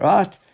Right